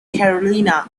carolina